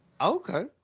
Okay